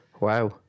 Wow